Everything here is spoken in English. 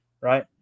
right